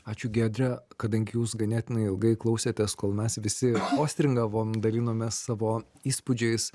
ačiū giedre kadangi jūs ganėtinai ilgai klausėtės kol mes visi postringavom dalinomės savo įspūdžiais